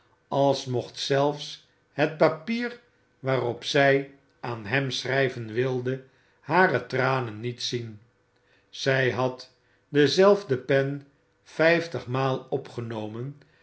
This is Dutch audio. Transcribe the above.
als mocht zelfs het papier waarop zij aan hem schrijven wilde hare tranen niet zien zij had dezelfde pen vijftigmaal opgenomen